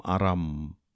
Aram